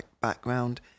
background